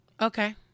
Okay